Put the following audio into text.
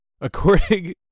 according